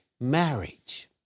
marriage